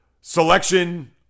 selection